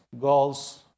goals